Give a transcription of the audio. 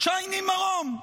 צ'ייני מרום.